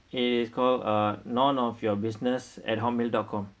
it is called uh none of your business at hotmail dot com